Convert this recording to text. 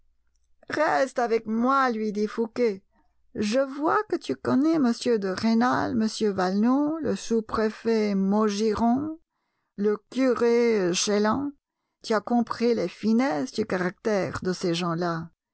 reste avec moi lui dit fouqué je vois que tu connais m de rênal m valenod le sous-préfet maugiron le curé chélan tu as compris les finesses du caractère de ces gens-là